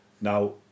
now